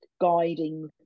guiding